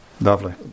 Lovely